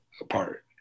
apart